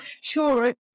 Sure